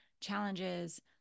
challenges